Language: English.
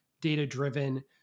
data-driven